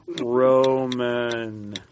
Roman